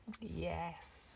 Yes